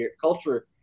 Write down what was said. culture